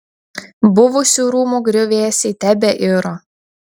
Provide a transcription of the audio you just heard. buvusių rūmų griuvėsiai tebeiro